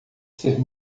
ser